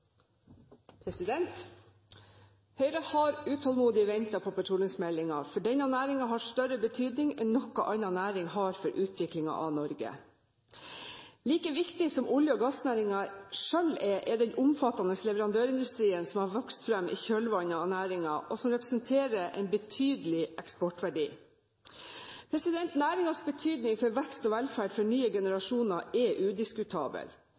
Høyre har utålmodig ventet på petroleumsmeldingen. Denne næringen har større betydning enn noen annen næring har for utviklingen av Norge. Like viktig som olje- og gassnæringen, er den omfattende leverandørindustrien som har vokst fram i kjølvannet av denne næringen, og som representerer en betydelig eksportverdi. Næringens betydning for vekst og velferd for nye generasjoner er udiskutabel.